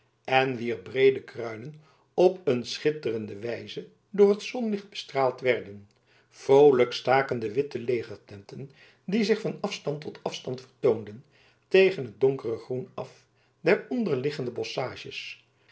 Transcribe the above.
en wier breede kruinen op een schitterende wijze door het zonnelicht bestraald werden vroolijk staken de witte legertenten die zich van afstand tot afstand vertoonden tegen het donkere groen af der